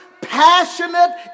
passionate